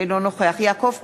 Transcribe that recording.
אינו נוכח יעקב פרי,